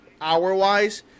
hour-wise